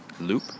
Loop